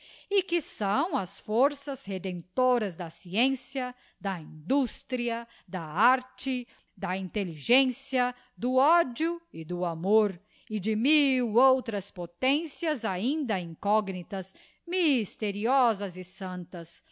e que são as forças redemptoras da sciencia da industria da arte da intelligencia do ódio e do amor e de mil outras potencias ainda incógnitas mysteriosas e santas